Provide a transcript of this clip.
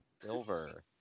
Silver